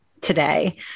today